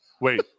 Wait